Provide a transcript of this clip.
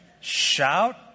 Shout